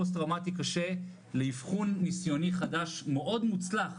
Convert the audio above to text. פוסט טראומטי קשה לאבחון ניסיוני חדש מאוד מוצלח